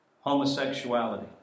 homosexuality